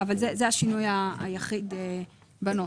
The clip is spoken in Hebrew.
אבל זה השינוי היחיד בנוסח.